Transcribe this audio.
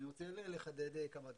אני רוצה לחדד כמה דברים.